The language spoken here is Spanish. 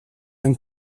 han